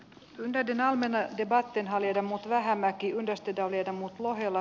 linda dynaaminen debatti halidemutvähämäki on esteitä oli ammuttu ohella